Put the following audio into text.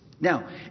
Now